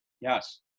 Yes